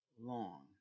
long